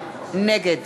נגד